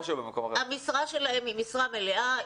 המשרה שלהן היא משרה מלאה.